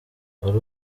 wari